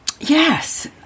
Yes